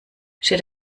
steht